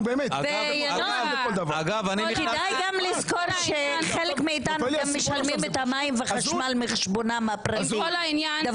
כדי לגם זכור שחלק מאיתנו משלמים מחשבונם הפרטי גם את